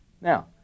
Now